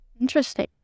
Interesting